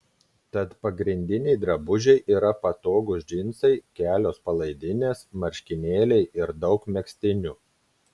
tad pagrindiniai drabužiai yra patogūs džinsai kelios palaidinės marškinėliai ir daug megztinių